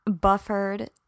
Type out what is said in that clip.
buffered